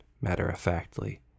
matter-of-factly